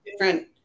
different